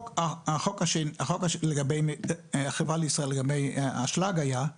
אם החברה לישראל השקיעה לפני שנה 100 ולאחר פחת היום נשאר 80,